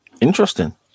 Interesting